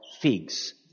figs